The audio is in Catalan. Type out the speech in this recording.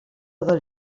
del